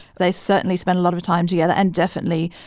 they certainly spent a lot of time together. and definitely,